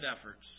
efforts